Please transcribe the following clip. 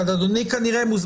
אגב,